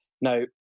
Now